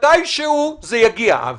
מתישהו זה יגיע, אבי.